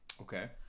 Okay